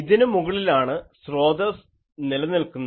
ഇതിനു മുകളിലാണ് സ്രോതസ്സ് നിലനിൽക്കുന്നത്